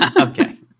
Okay